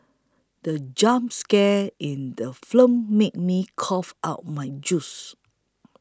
the jump scare in the film made me cough out my juice